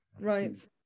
Right